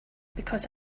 because